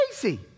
crazy